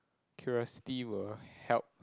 curiosity will help